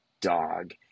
dog